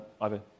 Ivan